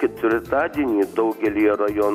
ketvirtadienį daugelyje rajonų